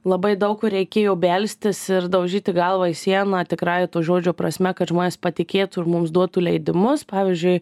labai daug kur reikėjo belstis ir daužyti galvą į sieną tikrąja to žodžio prasme kad žmonės patikėtų ir mums duotų leidimus pavyzdžiui